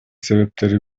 себептери